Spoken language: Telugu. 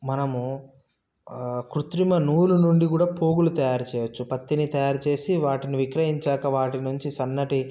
మనము కృత్రిమ నూలు నుండి కూడా పోగులు తయారు చేయచ్చు పత్తిని తయారుచేసి వాటిని విక్రయించాక వాటి నుంచి సన్నటి